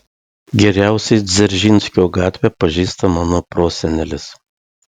geriausiai dzeržinskio gatvę pažįsta mano prosenelis